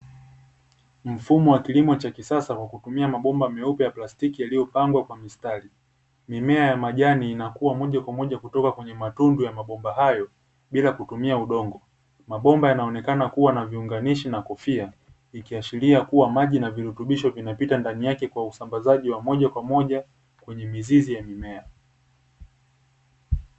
Mfumo wa kilimo cha kisasa, kwa kutumia mabomba meupe ya plastiki yaliyo pandwa kwa mstari. Mimea yenye majani inakua moja kwa moja kwenye mabomba hayo bila kutumia udongo. Mabomba yanaonekana kuwa na viunganishi na kofia, ikiashiria kuwa maji na virutubisho vinapita ndani yake kwa usambazaji wa moja kwa moja kwenye mizizi ya mimea.